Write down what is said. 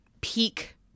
peak